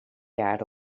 jaar